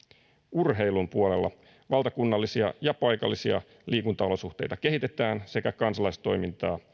urheilun puolella valtakunnallisia ja paikallisia liikuntaolosuhteita kehitetään sekä kansalaistoimintaa